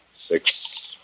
Six